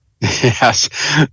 Yes